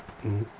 mmhmm